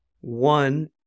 One